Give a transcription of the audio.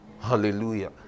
Hallelujah